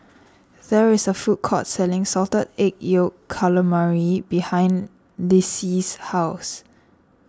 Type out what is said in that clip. there is a food court selling Salted Egg Yolk Calamari behind Lissie's house